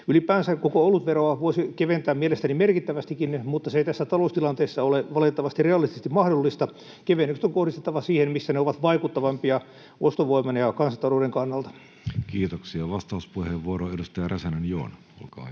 Ylipäänsä koko olutveroa voisi keventää mielestäni merkittävästikin, mutta se ei tässä taloustilanteessa ole valitettavasti realistisesti mahdollista: kevennykset on kohdistettava siihen, missä ne ovat vaikuttavampia ostovoiman ja kansantalouden kannalta. Kiitoksia. — Vastauspuheenvuoro edustaja Räsänen, Joona, olkaa hyvä.